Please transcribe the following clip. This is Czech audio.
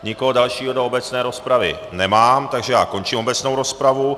Nikoho dalšího do obecné rozpravy nemám, takže končím obecnou rozpravu.